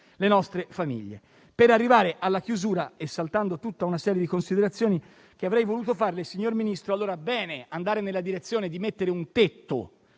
le nostre famiglie. Per concludere, saltando tutta una serie di considerazioni che avrei voluto farle, signor Ministro, va bene andare nella direzione di mettere un tetto